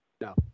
No